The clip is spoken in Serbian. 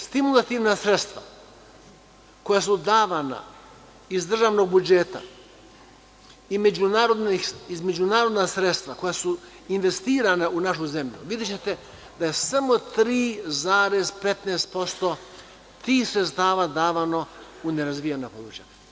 Stimulativna sredstva koja su davana iz državnog budžeta i međunarodna sredstva koja su investirana u našu zemlju, videćete da je samo 3,15% tih sredstava davano u nerazvijena područja.